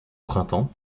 printemps